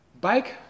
Bike